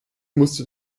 musste